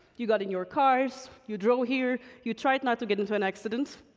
you got in your cars. you drove here. you tried not to get into an accident.